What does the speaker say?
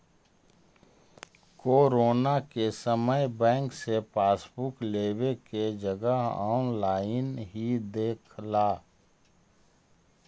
corona के समय bank से पासबुक लेवे के जगह ऑनलाइन ही देख ला